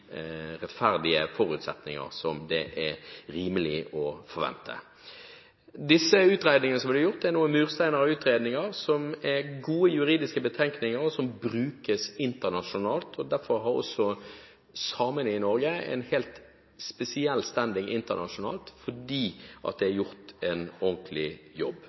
rettferdige forutsetningene som det er rimelig å forvente. Disse utredningene som ble gjort – det er noen mursteiner av noen utredninger – er gode juridiske betenkninger som brukes internasjonalt. Derfor har samene i Norge en helt spesiell «standing» internasjonalt, fordi det er gjort en ordentlig jobb.